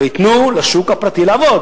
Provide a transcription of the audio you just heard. וייתנו לשוק הפרטי לעבוד.